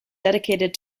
dedicated